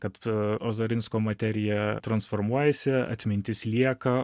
kad ozarinsko materija transformuojasi atmintis lieka